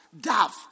dove